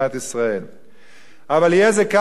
אבל יהיה זה קל ונוח להאשים את התקשורת,